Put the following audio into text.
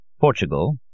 Portugal